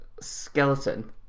skeleton